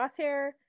Crosshair